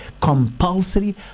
compulsory